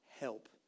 help